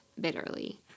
bitterly